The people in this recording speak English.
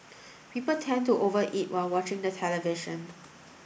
people tend to over eat while watching the television